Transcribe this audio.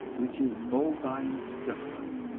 which is bovine syphilis,